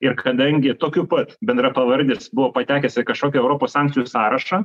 ir kadangi tokiu pat bendrapavardis buvo patekęs į kažkokį europos sankcijų sąrašą